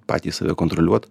patys save kontroliuot